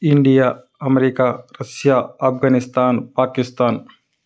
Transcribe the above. India America Russia Afghanistan Pakistan